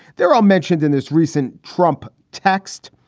they're all mentioned in this recent trump text.